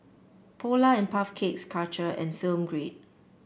Polar And Puff Cakes Karcher and Film Grade